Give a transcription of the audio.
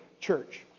Church